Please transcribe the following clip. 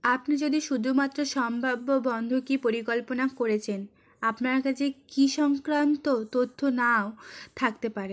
আপনি যদি শুধুমাত্র সম্ভাব্য বন্ধকী পরিকল্পনা করেছেন আপনার কাছে কি সংক্রান্ত তথ্য নাও থাকতে পারে